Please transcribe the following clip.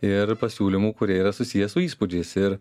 ir pasiūlymų kurie yra susiję su įspūdžiais ir